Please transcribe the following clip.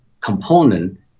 component